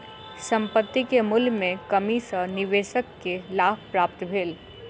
संपत्ति के मूल्य में कमी सॅ निवेशक के लाभ प्राप्त भेल